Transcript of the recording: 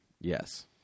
Yes